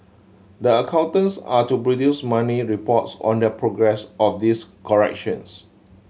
the accountants are to produce monthly reports on the progress of these corrections